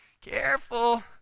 Careful